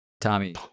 Tommy